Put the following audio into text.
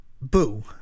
Boo